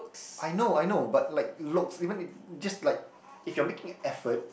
I know I know but like looks even if just like if you're making an effort